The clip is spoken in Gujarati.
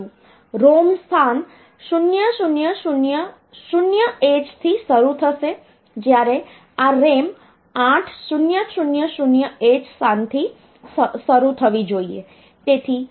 ROM સ્થાન 0000h થી શરૂ થશે જ્યારે આ RAM 8000h સ્થાન થી શરૂ થવી જોઈએ